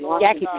Jackie